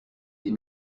des